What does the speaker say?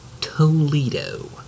Toledo